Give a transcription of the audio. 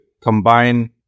combine